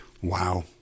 Wow